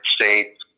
States